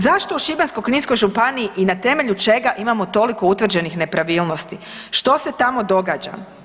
Zašto u Šibensko-kninskoj županiji i na temelju čega imamo toliko utvrđenih nepravilnosti, što se tamo događa?